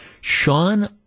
Sean